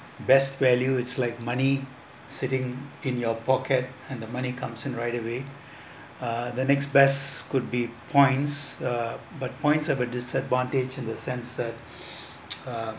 best value it's like money sitting in your pocket and the money comes in right away uh the next best could be points uh but point of a disadvantage in the sense that uh